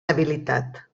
habilitat